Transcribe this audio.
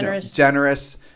generous